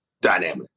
dynamic